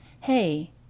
hey